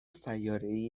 سیارهای